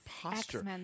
posture